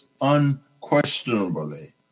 unquestionably